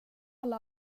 alla